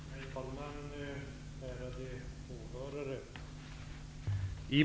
Herr talman! Ärade åhörare!